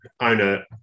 owner